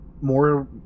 More